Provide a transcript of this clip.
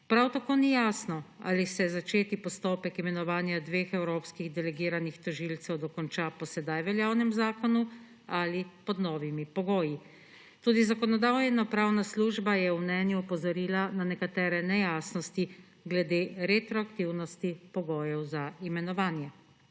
Prav tako ni jasno, ali se začeti postopek imenovanja dveh evropskih delegiranih tožilcev dokonča po sedaj veljavnem zakonu ali pod novimi pogoji. Tudi Zakonodajno-pravna služba je v mnenju opozorila na nekatere nejasnosti glede retroaktivnosti pogojev za imenovanje.